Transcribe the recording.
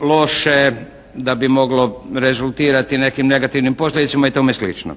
loše, da bi moglo rezultirati nekim negativnim posljedicama i tome slično.